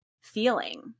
feeling